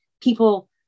people